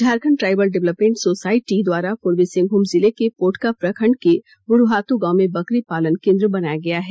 Jharkhand tribal development society द्वारा पूर्वी सिंहभूम जिले के पोटका प्रखंड के बुरुहातु गांव में बकरी पालन केंद्र बनाया गया है